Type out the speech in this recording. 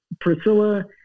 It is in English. Priscilla